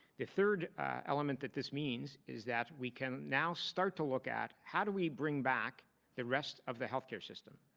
the third element that this means is that we can now start to look at how do we bring back the rest of the health care system?